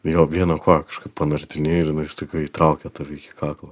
jo vieną koją kažkaip panardini ir jinai staiga įtraukia tave iki kaklo